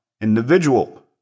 individual